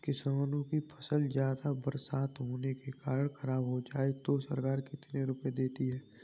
किसानों की फसल ज्यादा बरसात होने के कारण खराब हो जाए तो सरकार कितने रुपये देती है?